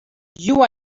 you